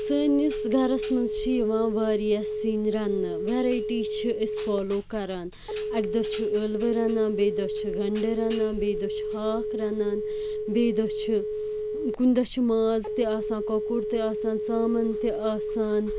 سٲنِس گَرَس منٛز چھِ یِوان واریاہ سِنۍ رَنٛنہٕ وٮ۪رایٹی چھِ أسۍ فالو کَران اَکہِ دۄہ چھِ ٲلوٕ رَنان بیٚیہِ دۄہ چھِ گَنٛڈٕ رَنان بیٚیہِ دۄہ چھِ ہاکھ رَنان بیٚیہِ دۄہ چھِ کُنہِ دۄہ چھِ ماز تہِ آسان کۄکُر تہِ آسان ژامَن تہِ آسان